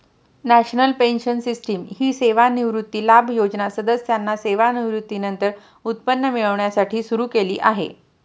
national pension system ही सेवानिवृत्ती लाभ योजना सदस्यांना सेवानिवृत्तीनंतर उत्पन्न मिळण्यासाठी सुरू केली आहे